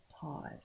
pause